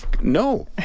No